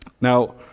Now